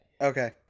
Okay